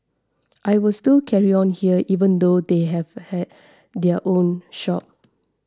I will still carry on here even though they have had their own shop